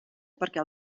perquè